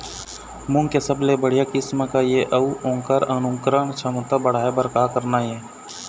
मूंग के सबले बढ़िया किस्म का ये अऊ ओकर अंकुरण क्षमता बढ़ाये बर का करना ये?